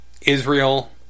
Israel